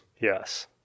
Yes